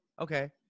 Okay